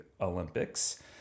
Olympics